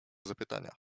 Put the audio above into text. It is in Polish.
zapytania